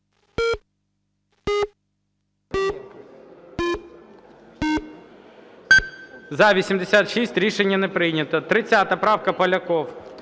За-92 Рішення не прийнято. 36 правка, Поляков.